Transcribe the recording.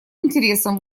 интересом